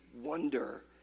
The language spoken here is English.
wonder